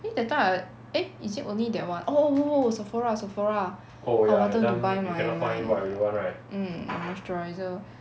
eh that time I eh is it only that [one] oh oh oh oh sephora sephora I wanted to buy my my mm moisturiser